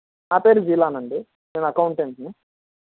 నా పేరు విలాన్ అండి నేను అకౌంటెంట్ని